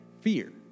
fear